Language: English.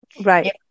Right